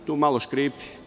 Tu malo škripi.